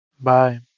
Bye